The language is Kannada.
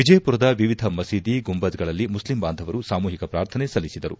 ವಿಜಯಪುರದ ವಿವಿಧ ಮಸೀದಿ ಗುಂಬಜ್ ಗಳಲ್ಲಿ ಮುಸ್ಲಿಂ ಬಾಂಧವರು ಸಾಮೂಹಿಕ ಪ್ರಾರ್ಥನೆ ಸಲ್ಲಿಸಿದರು